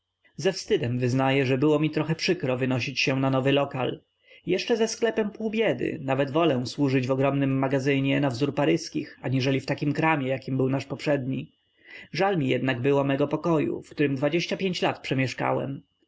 ze wstydem wyznaję że było mi trochę przykro wynosić się na nowy lokal jeszcze ze sklepem pół biedy nawet wolę służyć w ogromnym magazynie na wzór paryskich aniżeli w takim kramie jakim był nasz poprzedni żal mi jednak było mego pokoju w którym dwadzieścia pięć lat